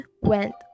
went